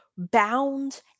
bound